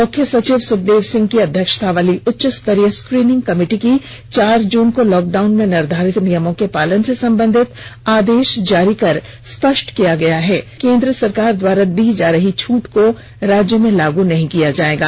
मुख्य सचिव सुखदेव सिंह की अध्यक्षतावाली उच्चस्तरीय स्क्रीनिंग कमिटि ने चार जून को लॉकडाउन में निर्धारित नियमों के पालन से संबंधित आदेष जारी कर स्पष्ट कर दिया है कि केन्द्र सरकार द्वारा दी जा रही छूट को राज्य में लागू नहीं किया जाएगा